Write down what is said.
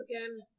again